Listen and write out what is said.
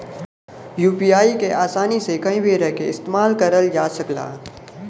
UPI के आसानी से कहीं भी रहके इस्तेमाल करल जा सकला